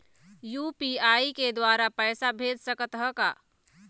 UPI के द्वारा पैसा भेज सकत ह का?